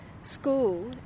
school